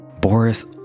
Boris